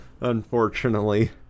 unfortunately